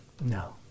No